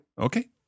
Okay